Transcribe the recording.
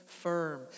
firm